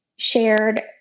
shared